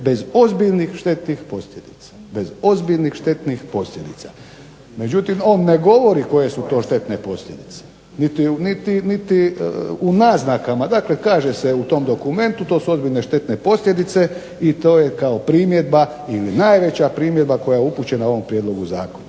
bez ozbiljnih štetnih posljedica. Međutim, on ne govori koje su to štetne posljedice, niti u naznakama. Dakle, kaže se u tom dokumentu to su ozbiljne štetne posljedice i to je kao primjedba ili najveća primjedba koja je upućena ovom Prijedlogu zakona.